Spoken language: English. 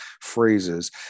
phrases